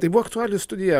tai buvo aktualijų studija